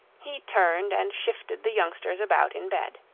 he turned and shifted the youngsters about in bed.